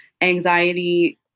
anxiety